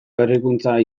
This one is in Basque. berrikuntza